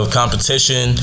competition